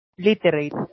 literate